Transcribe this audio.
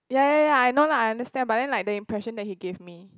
ya ya ya I know lah I understand but then like the impression that he gave me